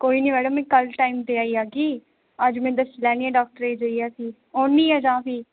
कोई नीं मैडम में कल ते टाईम पर आई आऽगी अज्ज में दस्सी लैनियां डाक्टरै गी जेइयै औनी आं जां फ्ही